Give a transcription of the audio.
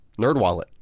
NerdWallet